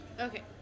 Okay